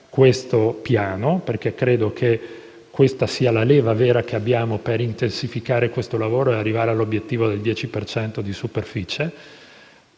questo Piano, perché credo che questa sia la leva vera che abbiamo per intensificare il lavoro e arrivare all'obbiettivo del 10 per cento di superficie.